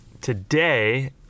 today